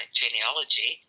genealogy